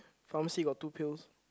pharmacy got two pills